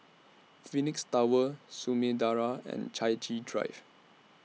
Phoenix Tower Samudera and Chai Chee Drive